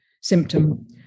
symptom